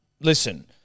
Listen